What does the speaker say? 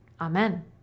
Amen